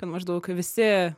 kad maždaug visi